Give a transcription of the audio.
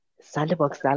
sandbox